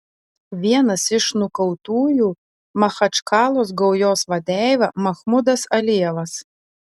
vienas iš nukautųjų machačkalos gaujos vadeiva mahmudas alijevas